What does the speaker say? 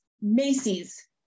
Macy's